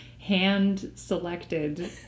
hand-selected